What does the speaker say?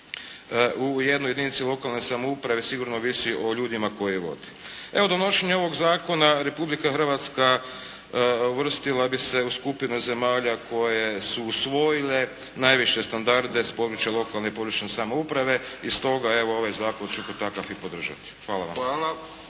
u jednoj jedinici lokalne samouprave sigurno ovisi o ljudima koji je vode. Evo donošenje ovoga zakona Republika Hrvatska uvrstila bi se u skupinu zemalja koje su usvojile najviše standarde s područja lokalne i područne samouprave i stoga evo ovaj zakon ću kao takav i podržati. Hvala vam.